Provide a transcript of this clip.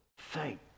Thank